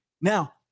Now